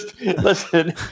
listen